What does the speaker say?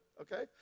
okay